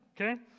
Okay